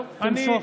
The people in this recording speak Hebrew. טוב, תמשוך.